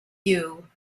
you